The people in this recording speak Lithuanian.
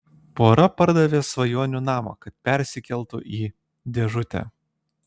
pora pardavė svajonių namą kad persikeltų į dėžutę